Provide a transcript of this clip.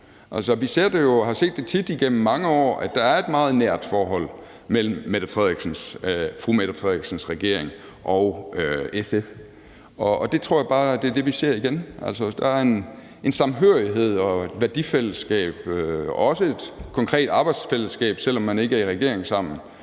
vi har jo set det tit igennem mange år, at der er et meget nært forhold mellem fru Mette Frederiksens regering og SF, og jeg tror bare, at det er det, vi ser igen. Der er en samhørighed, et værdifællesskab og også et konkret arbejdsfællesskab, selv om man ikke er i regering sammen,